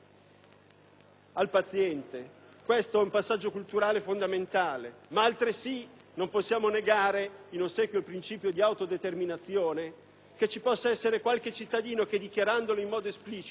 vita. Si tratta di un passaggio culturale fondamentale, ma altresì non possiamo negare, in ossequio al principio di autodeterminazione, che ci possa essere qualche cittadino che, dichiarandolo in modo esplicito,